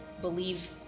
believe